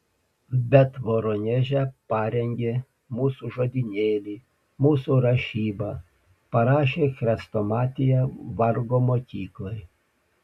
bet voroneže parengė mūsų žodynėlį mūsų rašybą parašė chrestomatiją vargo mokyklai